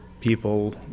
people